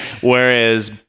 Whereas